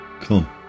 Come